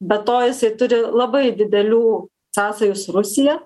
be to jisai turi labai didelių sąsajų su rusija